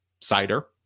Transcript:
cider